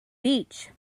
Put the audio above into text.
beach